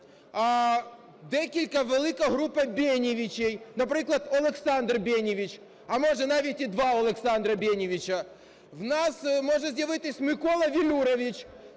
декілька, велика група "бенєвичей", наприклад, "Олександр Бєнєвич", а, може, навіть і два "Олександра Бєнєвича". В нас може з'явитися "Микола Велюрович",